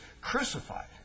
crucified